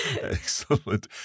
Excellent